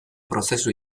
prozesu